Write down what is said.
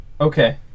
Okay